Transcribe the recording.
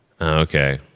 Okay